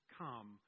come